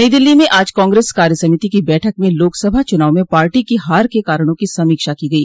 नई दिल्ली में आज कांग्रेस कार्य समिति की बैठक में लोकसभा चुनाव में पार्टी की हार के कारणों की समीक्षा की गई